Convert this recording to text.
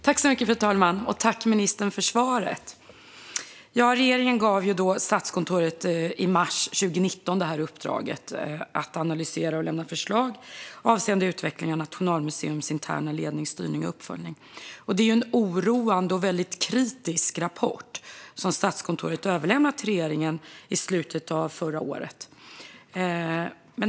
Fru talman! Tack, ministern, för svaret! Regeringen gav i mars 2019 Statskontoret i uppdrag att analysera och lämna förslag avseende utveckling av Nationalmuseums interna ledning, styrning och uppföljning. Den rapport som Statskontoret överlämnade till regeringen i slutet av förra året är oroande och väldigt kritisk.